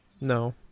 No